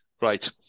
right